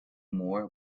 more